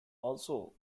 also